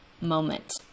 moment